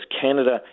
Canada